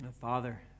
Father